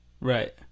Right